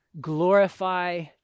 glorify